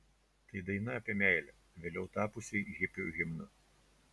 tai daina apie meilę vėliau tapusi hipių himnu